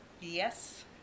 Yes